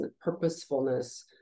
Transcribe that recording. purposefulness